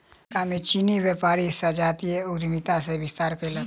America में चीनी व्यापारी संजातीय उद्यमिता के विस्तार कयलक